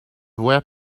web